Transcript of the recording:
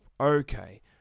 Okay